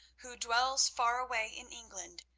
who dwells far away in england,